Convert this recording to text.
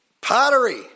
pottery